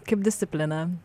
kaip discipliną